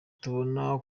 tubona